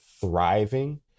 thriving